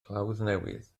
clawddnewydd